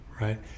right